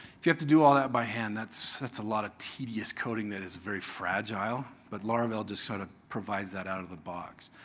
if you have to do all that by hand that's that's a lot of tedious coding that is very fragile. but laravel just sort of provides that out of the box.